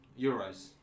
Euros